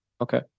Okay